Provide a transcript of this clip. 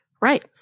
Right